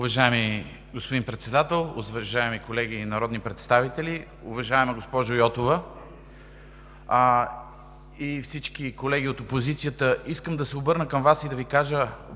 Уважаеми господин Председател, уважаеми колеги народни представители! Уважаема госпожо Йотова и всички колеги от опозицията, искам да се обърна към Вас и да Ви кажа